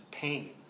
pain